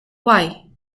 why